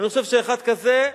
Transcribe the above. אני חושב שאחד כזה,